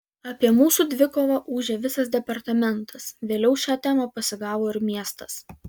apie mūsų dvikovą ūžė visas departamentas vėliau šią temą pasigavo ir miestas